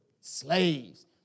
Slaves